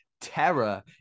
terror